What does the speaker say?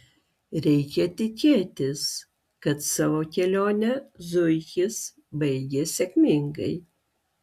reikia tikėtis kad savo kelionę zuikis baigė sėkmingai